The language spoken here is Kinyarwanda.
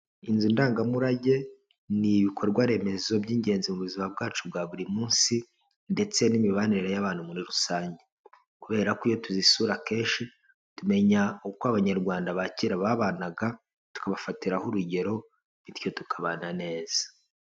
Inzu ndangamurage ni ibikorwa remezo by'ingenzi mu buzima bwacu bwa buri munsi ndetse n'imibanire y'abantu muri rusange, kubera ko iyo tuzisura kenshi tumenya uko Abanyarwanda bakera babanaga tukabafatiraho urugero bityo tukabana neza.